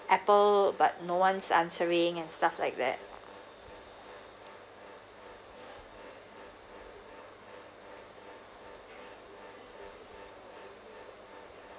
apple but no one's answering and stuff like that